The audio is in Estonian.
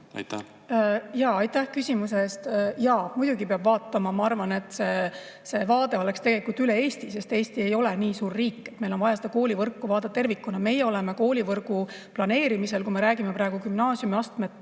keskselt. Aitäh küsimuse eest! Muidugi peab vaatama. Ma arvan, et see vaade võiks tegelikult olla üle Eesti, sest Eesti ei ole nii suur riik. Meil on vaja koolivõrku vaadata tervikuna. Me oleme koolivõrgu planeerimisel, kui me räägime praegu gümnaasiumiastmete